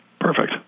Perfect